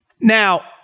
Now